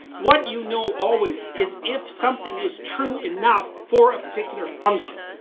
what you know always is if something is true enough for a particular function.